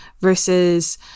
versus